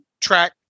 track